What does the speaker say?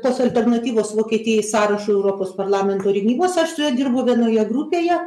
tos alternatyvos vokietijai sąrašui europos parlamento rinkimuose aš su juo dirbau vienoje grupėje